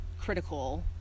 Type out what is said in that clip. critical